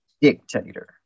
dictator